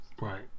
Right